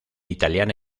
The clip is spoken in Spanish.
italiana